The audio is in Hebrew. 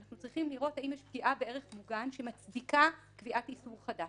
אנחנו צריכים לראות אם יש פגיעה בערך מוגן שמצדיקה קביעת איסור חדש.